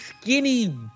skinny